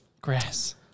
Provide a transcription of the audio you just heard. Grass